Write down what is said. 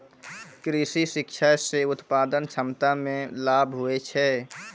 कृषि शिक्षा से उत्पादन क्षमता मे लाभ हुवै छै